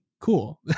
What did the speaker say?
Cool